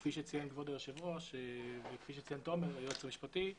כפי שציין כבוד היושב ראש וכפי שציין היועץ המשפטי לוועדה,